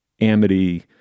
amity